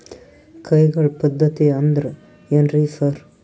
ಕೈಗಾಳ್ ಪದ್ಧತಿ ಅಂದ್ರ್ ಏನ್ರಿ ಸರ್?